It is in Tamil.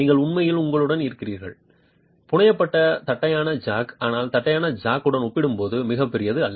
நீங்கள் உண்மையில் உங்களுடன் இருக்கிறீர்கள் புனையப்பட்ட தட்டையான ஜாக் ஆனால் தட்டையான ஜக்குடன் ஒப்பிடும்போது மிகப் பெரியது அல்ல